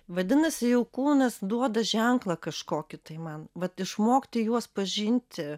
vadinasi jau kūnas duoda ženklą kažkokį tai man vat išmokti juos pažinti